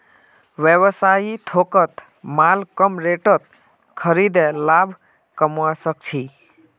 व्यवसायी थोकत माल कम रेटत खरीदे लाभ कमवा सक छी